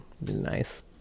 Nice